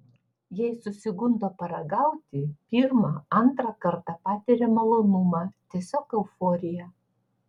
jei susigundo paragauti pirmą antrą kartą patiria malonumą tiesiog euforiją